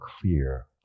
clear